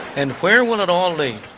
and where will it all lead?